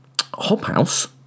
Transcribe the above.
Hobhouse